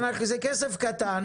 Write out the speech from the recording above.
זה כסף קטן,